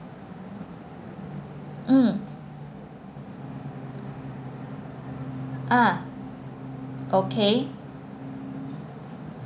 mm ah okay